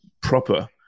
proper